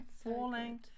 falling